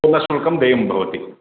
पूर्णशुल्कं देयं भवति